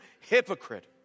hypocrite